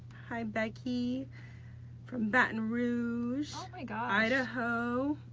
hi becky from baton rouge. oh my gosh. idaho.